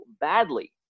badly